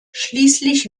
schließlich